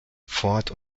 ford